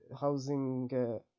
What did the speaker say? housing